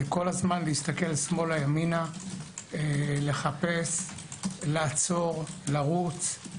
כל הזמן להסתכל שמאלה, ימינה, לחפש, לעצור, לרוץ.